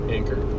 Anchor